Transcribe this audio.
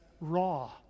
raw